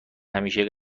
همیشه